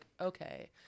okay